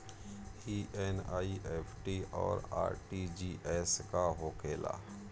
ई एन.ई.एफ.टी और आर.टी.जी.एस का होखे ला?